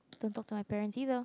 don't talk to my parents either